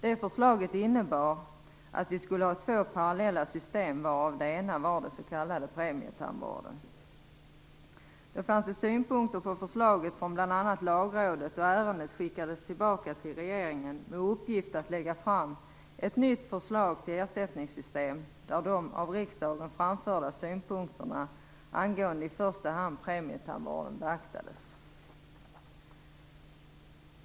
Det förslaget innebar att vi skulle ha två parallella system, varav det ena var den s.k. premietandvården. Då fanns det synpunkter på förslaget från bl.a. Lagrådet och ärendet skickades tillbaka till regeringen med uppgift att lägga fram ett nytt förslag till ersättningssystem där de av riksdagen framförda synpunkterna angående i första hand premietandvården beaktades.